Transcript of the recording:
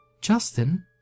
Justin